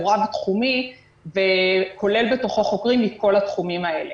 רב-תחומי וכולל בתוכו חוקרים מכל התחומים האלה.